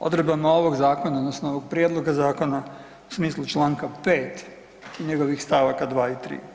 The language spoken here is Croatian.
odredbama ovog Zakona odnosno ovog Prijedloga zakona u smislu članka 5. i njegovih stavaka 2. i 3.